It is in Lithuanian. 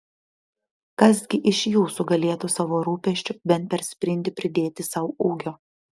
kas gi iš jūsų galėtų savo rūpesčiu bent per sprindį pridėti sau ūgio